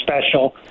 special